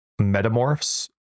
metamorphs